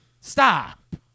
Stop